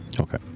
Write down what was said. Okay